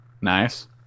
Nice